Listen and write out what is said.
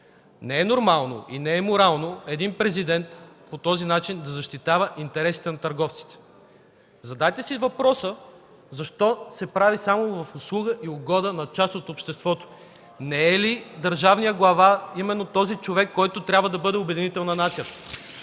Не е нормално и не е морално един президент по този начин да защитава интересите на търговците. Задайте си въпроса: защо се прави само в услуга и угода на част от обществото? Не е ли държавният глава именно този човек, който трябва да бъде обединител на нацията?